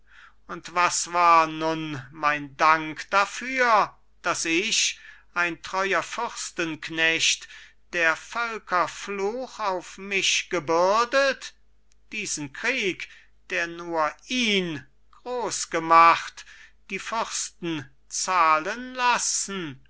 und das war nun mein dank dafür daß ich ein treuer fürstenknecht der völker fluch auf mich gebürdet diesen krieg der nur ihn groß gemacht die fürsten zahlen lassen